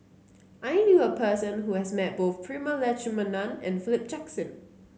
I knew a person who has met both Prema Letchumanan and Philip Jackson